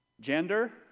Gender